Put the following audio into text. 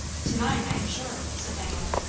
to mine, i am sure, said diana.